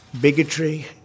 bigotry